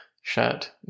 shirt